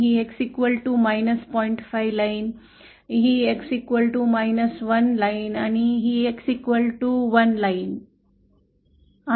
5 ची लाइन आहे हे X 1 ची लाइन आहे हे X 1 ची लाइन आहे